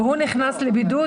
והוא נכנס לבידוד,